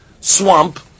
swamp